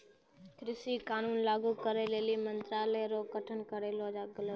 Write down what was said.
कृषि कानून लागू करै लेली मंत्रालय रो गठन करलो गेलो छै